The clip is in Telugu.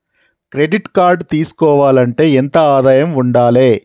క్రెడిట్ కార్డు తీసుకోవాలంటే ఎంత ఆదాయం ఉండాలే?